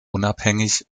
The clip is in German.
unabhängig